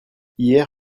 hier